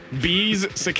Bees